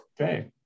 Okay